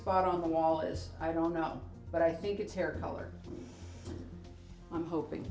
spot on the wall is i don't know but i think it's hair color i'm hoping